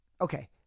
okay